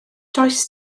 does